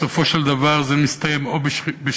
בסופו של דבר זה מסתיים או בשחיתות